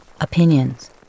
opinions